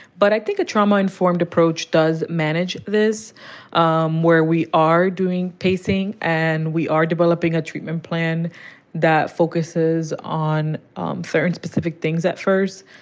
but i think a trauma-informed approach does manage this um where we are doing pacing and we are developing a treatment plan that focuses on um certain specific things at first.